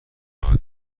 راه